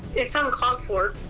it's uncalled for.